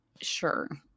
Sure